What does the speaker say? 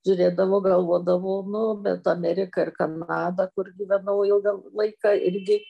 žiūrėdavau galvodavau nu bet amerika ir kanada kur gyvenau ilgą laiką irgi